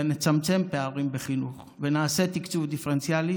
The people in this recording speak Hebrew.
ונצמצם פערים בחינוך ונעשה תקצוב דיפרנציאלי